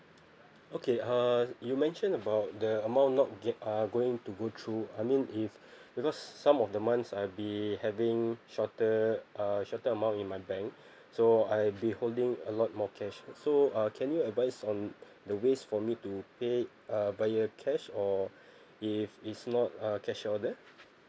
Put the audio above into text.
okay uh you mentioned about the amount not giv~ uh going to go through I mean if because some of the months I'll be having shorter uh shorter amount in my bank so I'll be holding a lot more cash so uh can you advise on the ways for me to pay uh via cash or if it's not uh cash order